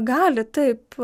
gali taip